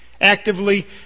actively